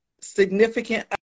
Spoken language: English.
significant